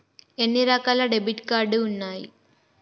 ఎన్ని రకాల debit card ఉన్నాయి?